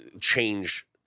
change